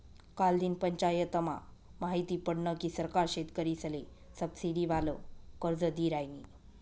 कालदिन पंचायतमा माहिती पडनं की सरकार शेतकरीसले सबसिडीवालं कर्ज दी रायनी